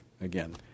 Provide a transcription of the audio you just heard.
again